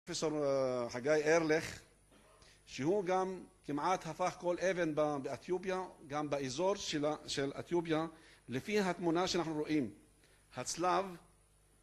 פרופסור חגי ארליך, שהוא גם כמעט הפך כל אבן באתיופיה, גם באזור של אתיופיה, לפי התמונה שאנחנו רואים. הצלב...